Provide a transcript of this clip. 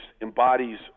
embodies